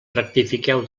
rectifiqueu